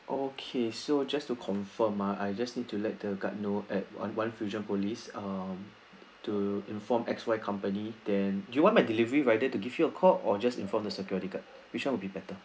okay so just to confirm uh I just need to let the guard know at one fusionopolis uh to inform X Y company then you want my delivery rider to give you a call or just inform the security guard which [one] will be better